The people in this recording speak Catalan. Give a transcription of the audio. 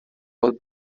pot